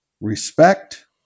Respect